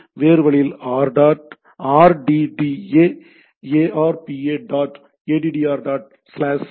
இது வேறு வழியில் r d d a arpa dot addr slash dash